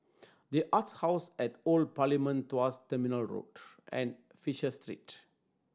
The Arts House at the Old Parliament Tuas Terminal Road and Fisher Street